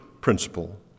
principle